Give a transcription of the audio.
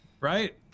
Right